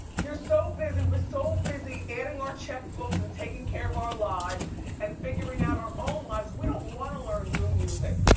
you're so busy, we're so busy adding our checkbooks and taking care of our lives and figuring out our own lives. we don't wanna learn new music.